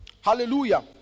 Hallelujah